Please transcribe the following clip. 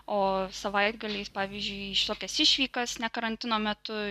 o savaitgaliais pavyzdžiui tokias išvykas ne karantino metu